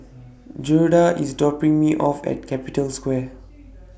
Gerda IS dropping Me off At Capital Square